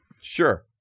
Sure